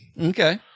Okay